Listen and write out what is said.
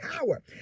power